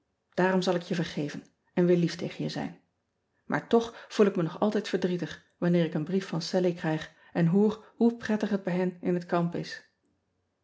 daarom zal ik je vergeven en weer lief tegen je zijn aar toch voel ik me nog altijd verdrietig wanneer ik een brief van allie krijg en hoor hoe prettig het bij hen in het kamp is